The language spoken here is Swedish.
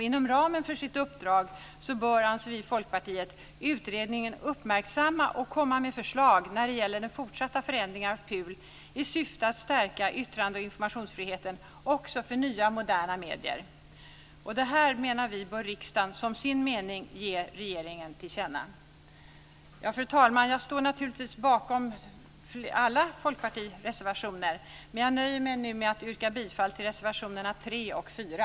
Inom ramen för utredningens uppdrag bör den, anser vi i Folkpartiet, uppmärksamma PUL och komma med förslag när det gäller de fortsatta förändringarna i syfte att stärka yttrande och informationsfriheten också för nya, moderna medier. Detta, menar vi, bör riksdagen som sin mening ge regeringen tillkänna. Fru talman! Jag står naturligtvis bakom alla folkpartireservationer, men jag nöjer mig nu med att yrka bifall till reservationerna 3 och 4.